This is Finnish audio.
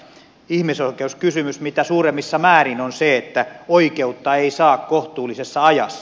ihmisoikeuskysymys mitä suurimmassa määrin on se että oikeutta ei saa kohtuullisessa ajassa